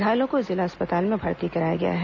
घायलों को जिला अस्पताल में भर्ती कराया गया है